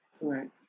Right